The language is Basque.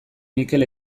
mikel